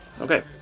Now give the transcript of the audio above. Okay